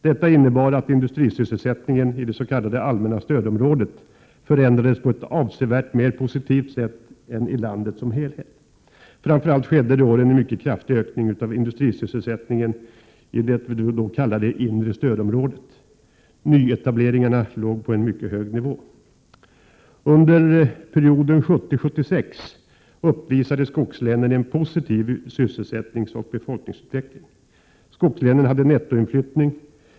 Detta innebar att industrisysselsättningen i det s.k. allmänna stödområdet förändrades på ett avsevärt mera positivt sätt än i landet som helhet. Framför allt skedde de åren en mycket kraftig ökning av industrisysselsättningen i det som vi då kallade det inre stödområdet. Nyetableringarna låg på en mycket hög nivå. Under perioden 1970-1976 uppvisade skogslänen en positiv sysselsättningsoch befolkningsutveckling. Skogslänen hade nettoinflyttning.